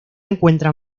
encuentra